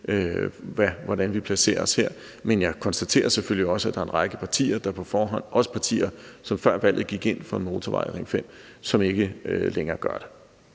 hvordan vi placerer os her, men jeg konstaterer selvfølgelig også, at der er en række partier, herunder partier, som før valget gik ind for en motorvej og Ring 5, som ikke længere gør det.